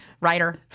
writer